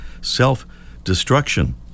self-destruction